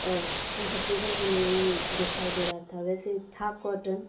اور کمفرٹیبل بھی نہیں دکھائی دے رہا تھا ویسے تھا کاٹن